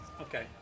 Okay